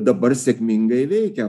dabar sėkmingai veikia